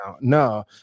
No